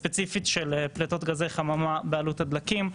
ספציפית של פליטות גזי חממה, בעלות הדלקים.